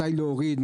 מתי להוריד?